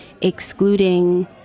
excluding